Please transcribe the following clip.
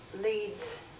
leads